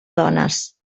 dones